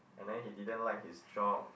and then he didn't like his job